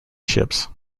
ships